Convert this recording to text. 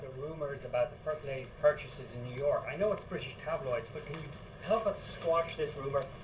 rumors about the first lady's purchases in new york. i know it's british help like but help us squash this rumor?